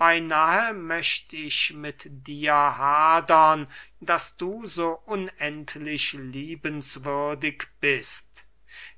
beynahe möcht ich mit dir hadern daß du so unendlich liebenswürdig bist